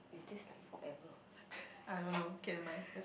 is this like forever or what